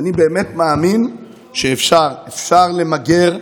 ואני באמת מאמין שאפשר למגר.